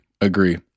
agree